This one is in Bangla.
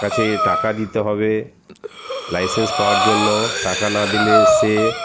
কাছে টাকা দিতে হবে লাইসেন্স পাওয়ার জন্য টাকা না দিলে সে